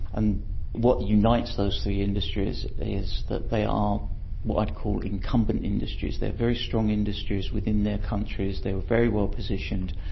and what units those three industries is that they are what i'd call incumbent industries, they're very strong industries within their countries. they are very well positioned,